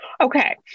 Okay